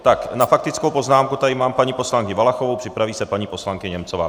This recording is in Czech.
Tak na faktickou poznámku tady mám paní poslankyni Valachovou, připraví se paní poslankyně Němcová.